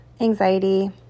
anxiety